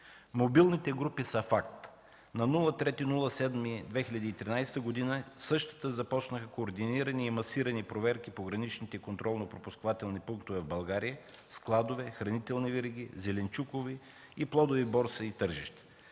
Мобилните групи са факт. На 3 юли 2013 г. същите започнаха координирани и масирани проверки по граничните контролно-пропускателни пунктове в България – складове, хранителни вериги, зеленчукови и плодови борси и тържища.